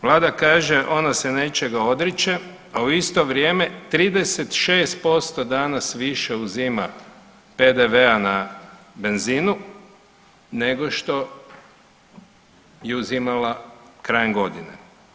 Vlada kaže ona se nečega odriče, a u isto vrijeme 36% danas više uzima PDV-a na benzinu nego što je uzimala krajem godine.